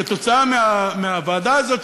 כתוצאה מהוועדה הזאת,